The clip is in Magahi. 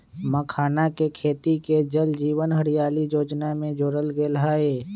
मखानके खेती के जल जीवन हरियाली जोजना में जोरल गेल हई